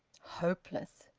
hopeless!